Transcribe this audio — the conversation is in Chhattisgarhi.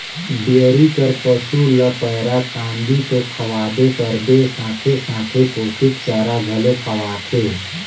डेयरी कर पसू ल पैरा, कांदी तो खवाबे करबे साथे साथ पोस्टिक चारा घलो खवाथे